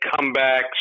comebacks